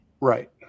Right